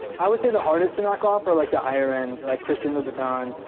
i would say the hardest to knock off are like the higher-end, like christian louboutin,